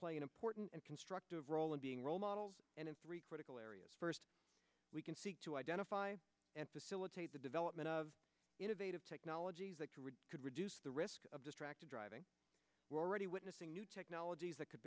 play an important and constructive role in being role models and in three critical areas first we can seek to identify and facilitate the development of innovative technologies that can read could reduce the risk of distracted driving we're already witnessing new technologies that could